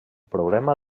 problema